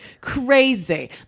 crazy